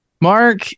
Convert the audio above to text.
Mark